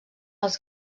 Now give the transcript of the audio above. els